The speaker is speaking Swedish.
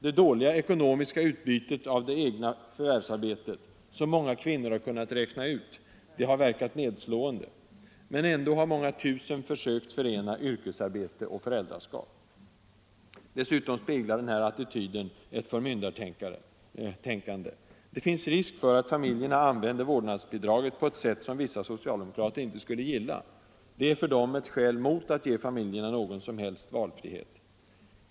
Det dåliga ekonomiska utbytet av det egna förvärvsarbetet, som många kvinnor har kunnat räkna ut, har verkat nedslående. Men ändå har många tusen försökt förena yrkesarbete och föräldraskap. Dessutom speglar den här attityden ett förmyndartänkande. Det finns risk för att familjerna använder vårdnadsbidraget på ett sätt som vissa socialdemokrater inte skulle gilla — det är för dem ett skäl mot att ge familjerna någon som helst valfrihet.